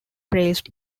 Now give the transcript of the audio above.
praised